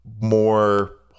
more